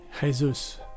Jesus